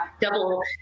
double